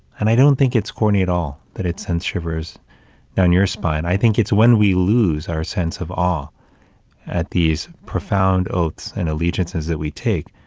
and i don't think it's corny at all, that it sends shivers down your spine. i think it's when we lose our sense of awe at these profound oaths and allegiances that we take